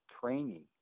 training